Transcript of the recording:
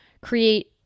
create